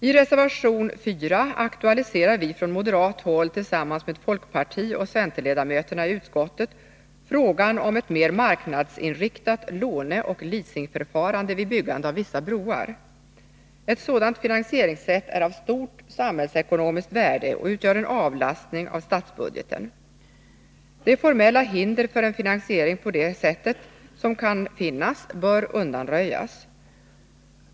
I reservation nr 4 aktualiserar vi från moderat håll tillsammans med folkpartioch centerledamöterna i utskottet frågan om ett mer marknadsinriktat låneoch leasingförfarande vid byggande av vissa broar. Ett sådant finansieringssätt är av stort samhällsekonomiskt värde och innebär en avlastning av statsbudgeten. De formella hinder för en finansiering på detta sätt som kan finnas bör undanröjas.